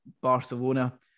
Barcelona